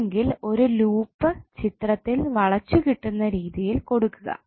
അല്ലെങ്കിൽ ഒരു ലൂപ്പ് ചിത്രത്തിൽ വളച്ചു കിട്ടുന്ന രീതിയിൽ കൊടുക്കുക